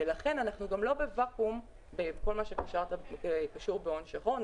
ולכן אנחנו גם לא בוואקום בכל מה שקשור בהון שחור.